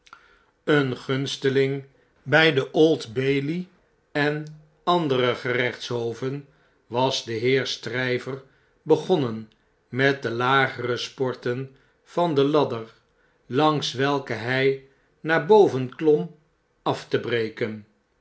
een gunsteling bjj de old bailey en andere gerechtshoven was de heer stryver begonnen met de lagere sporten van de ladder langs welke hjj naar boven klom af te breken